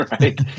Right